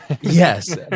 Yes